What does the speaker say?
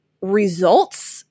results